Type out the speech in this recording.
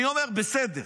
אני אומר, בסדר.